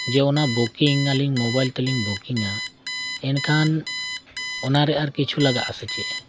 ᱡᱮ ᱚᱱᱟ ᱵᱩᱠᱤᱝ ᱟᱞᱤᱧ ᱢᱚᱵᱟᱭᱤᱞ ᱛᱮᱞᱤᱧ ᱵᱩᱠᱤᱝᱟ ᱮᱱᱠᱷᱟᱱ ᱚᱱᱟᱨᱮ ᱟᱨ ᱠᱤᱪᱷᱩ ᱞᱟᱜᱟᱜᱼᱟ ᱥᱮ ᱪᱮᱫ